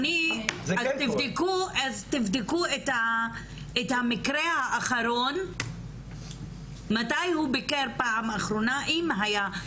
תבדקו את המקרה האחרון מתי הוא ביקר פעם אחרונה אם היה.